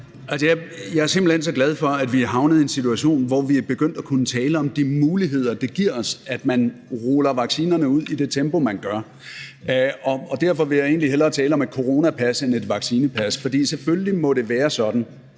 Jeg er simpelt hen så glad for, at vi er havnet i en situation, hvor vi er begyndt at kunne tale om de muligheder, det giver os, at man ruller vaccinerne ud i det tempo, man gør, og derfor vil jeg egentlig hellere tale om et coronapas end et vaccinepas. Vi er i en situation nu, hvor den